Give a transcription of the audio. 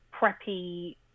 preppy